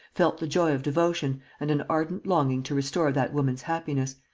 felt the joy of devotion and an ardent longing to restore that woman's happiness,